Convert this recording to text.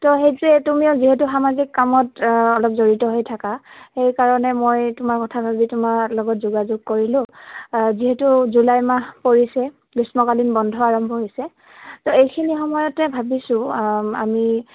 তো সেইটোৱে তুমিও যিহেতু সামাজিক কামত অলপ জড়িত হৈ থাকা সেইকাৰণে মই তোমাৰ কথা ভাবি তোমাৰ লগত যোগাযোগ কৰিলোঁ যিহেতু জুলাই মাহ পৰিছে গ্ৰীষ্মকালীন বন্ধ আৰম্ভ হৈছে তো এইখিনি সময়তে ভাবিছোঁ আমি